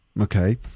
okay